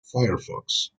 firefox